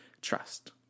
trust